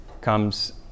comes